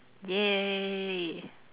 !yay!